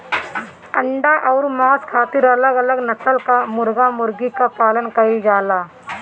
अंडा अउर मांस खातिर अलग अलग नसल कअ मुर्गा मुर्गी कअ पालन कइल जाला